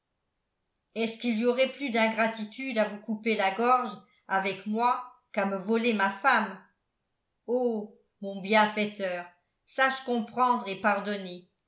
est-ce qu'il y aurait plus d'ingratitude à vous couper la gorge avec moi qu'à me voler ma femme ô mon bienfaiteur sache comprendre et pardonner